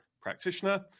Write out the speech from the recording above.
practitioner